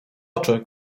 oczy